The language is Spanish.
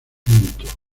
pinto